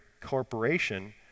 corporation